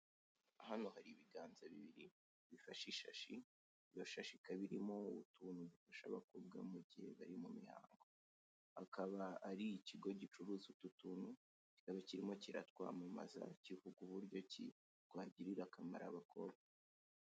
Hano hari ibiganza bibiri, bifashe ishashi, iyo shashi ikaba irimo utuntu dufasha abakobwa mu gihe bari mu mihango, akaba ari ikigo gicuruza utu tuntu, kikaba kirimo kiratwamamaza, kivuga buryo ki twagirira akamaro abakobwa.